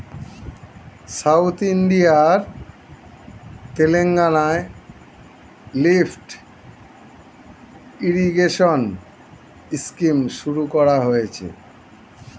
south ইন্ডিয়ার তেলেঙ্গানায় lift irrigation scheme শুরু করা হয়েছে